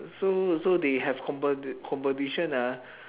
so so they have compe~ competition ah